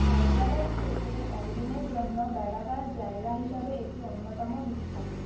হায়দরাবাদ থেকে একদিনের জন্য বেড়াবার জায়গা হিসাবে এটি অন্যতম বিখ্যাত